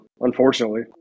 unfortunately